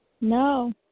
No